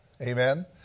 Amen